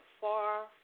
far